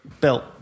built